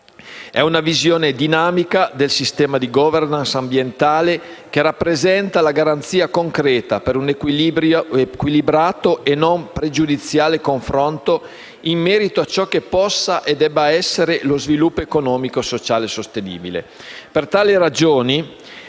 È una visione dinamica del sistema di *governance* ambientale che rappresenta la garanzia concreta per un equilibrato e non pregiudiziale confronto in merito a ciò che potrebbe e dovrebbe essere uno sviluppo economico-sociale sostenibile. Per tali ragioni,